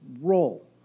role